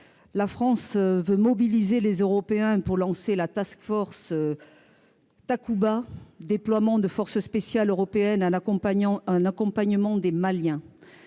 La France veut mobiliser les Européens pour lancer la force Takouba, un déploiement de forces spéciales européennes, en accompagnement des Maliens.